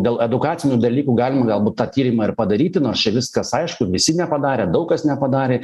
dėl edukacinių dalykų galima galbūt tą tyrimą ir padaryti nors čia viskas aišku visi nepadarė daug kas nepadarė